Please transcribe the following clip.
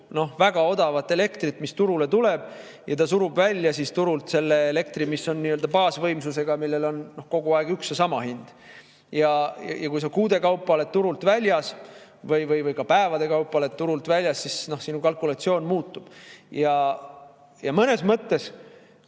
väga odavat elektrit, mis turule tuleb, ja ta surub siis turult välja selle elektri, mis on nii-öelda baasvõimsusega, millel on kogu aeg üks ja sama hind. Ja kui sa kuude kaupa oled turult väljas või ka päevade kaupa oled turult väljas, siis sinu kalkulatsioon muutub. Mõnes mõttes,